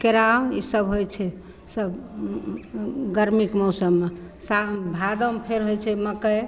केराउ ईसब होइ छै ईसब गरमीके मौसममे सा भादोमे फेर होइ छै मकइ